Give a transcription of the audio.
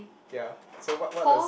okay ah so what what does